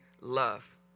love